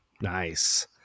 Nice